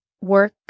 work